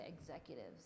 executives